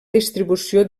distribució